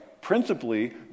principally